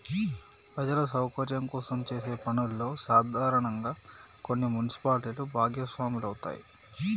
ప్రజల సౌకర్యం కోసం చేసే పనుల్లో సాధారనంగా కొన్ని మున్సిపాలిటీలు భాగస్వాములవుతాయి